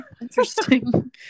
interesting